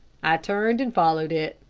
i turned and followed it.